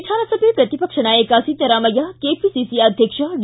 ವಿಧಾನಸಭೆ ಪ್ರತಿಪಕ್ಷ ನಾಯಕ ಸಿದ್ಧರಾಮಯ್ಯ ಕೆಪಿಸಿಸಿ ಅಧ್ಯಕ್ಷ ಡಿ